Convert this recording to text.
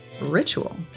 ritual